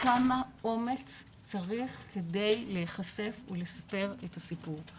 כמה אומץ צריך כדי להיחשף ולספר את הסיפור.